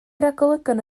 ragolygon